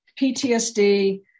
PTSD